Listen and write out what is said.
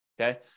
okay